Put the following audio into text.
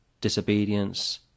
disobedience